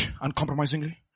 uncompromisingly